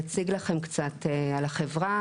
נציג לכם קצת על החברה,